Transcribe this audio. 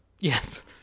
Yes